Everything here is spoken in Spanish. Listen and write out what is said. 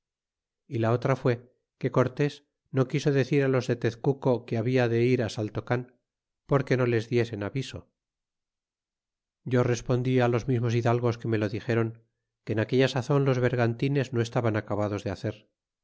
y la otra fué que cortés no quiso decir los de tezcuco que habla de ir saltocan porque no les diesen aviso yo respondí los mismos hidalgos que me lo dixeron que en aquella sazon los yergantines no estaban acabados de hacer